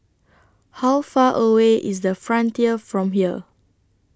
How Far away IS The Frontier from here